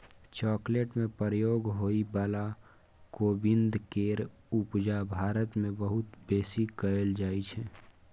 chocolate में प्रयोग होइ बला कोविंद केर उपजा भारत मे बहुत बेसी कएल जाइ छै